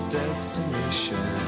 destination